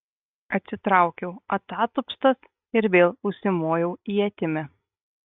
atsitraukiau atatupstas ir vėl užsimojau ietimi